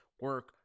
Work